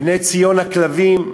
"בני ציון הכלבים"